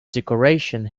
decorations